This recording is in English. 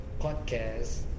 podcast